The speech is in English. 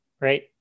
right